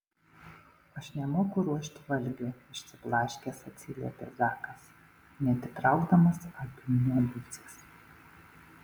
aš nemoku ruošti valgio išsiblaškęs atsiliepė zakas neatitraukdamas akių nuo liusės